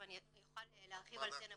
אני ארחיב על טנא בריאות.